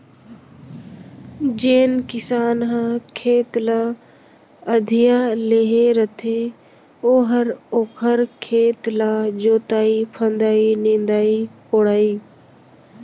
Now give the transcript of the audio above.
जेन किसान ह खेत ल अधिया लेहे रथे ओहर ओखर खेत ल जोतही फांदही, निंदही कोड़ही